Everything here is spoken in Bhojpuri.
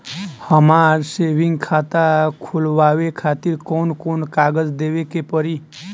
हमार सेविंग खाता खोलवावे खातिर कौन कौन कागज देवे के पड़ी?